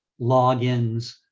logins